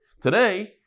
Today